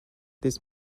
this